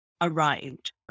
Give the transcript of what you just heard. arrived